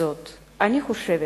זאת אני חושבת